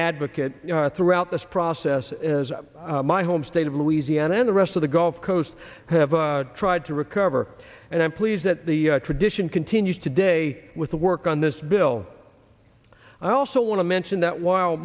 advocate throughout this process as my home state of louisiana and the rest of the gulf coast have tried to recover and i'm pleased that the tradition continues today with the work on this bill i also want to mention that whil